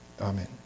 Amen